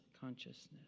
consciousness